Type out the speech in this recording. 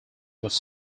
was